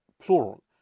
plural